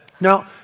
Now